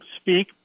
speak